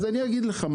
אז אני אגיד לך,